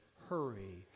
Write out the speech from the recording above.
hurry